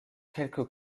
quelques